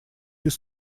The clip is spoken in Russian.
без